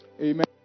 Amen